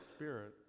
Spirit